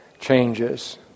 changes